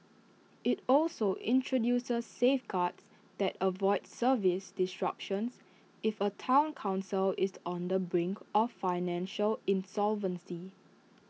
IT also introduces safeguards that avoid service disruptions if A Town Council is on the brink of financial insolvency